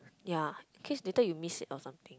ya in case later you miss it or something